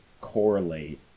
correlate